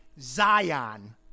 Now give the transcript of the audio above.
Zion